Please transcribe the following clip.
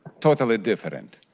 totally different.